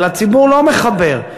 אבל הציבור לא מחבר.